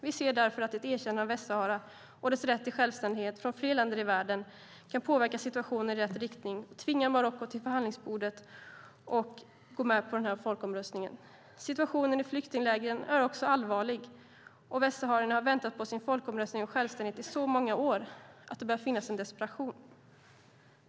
Vi ser därför att ett erkännande av Västsahara och dess rätt till självständighet från fler länder i världen kan påverka situationen i rätt riktning och tvinga Marocko till förhandlingsbordet så att de kan gå med på den här folkomröstningen. Situationen i flyktinglägren är allvarlig. Västsaharierna har väntat på sin folkomröstning och sin självständighet i så många år att det börjar finnas en desperation.